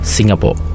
Singapore